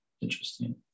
interesting